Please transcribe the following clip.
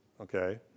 Okay